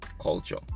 culture